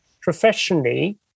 professionally